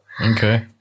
Okay